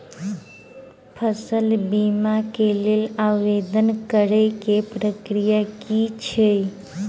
फसल बीमा केँ लेल आवेदन करै केँ प्रक्रिया की छै?